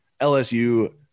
LSU